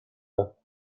lip